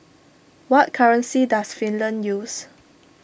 what currency does Finland use